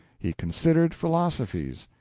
he considered philosophies,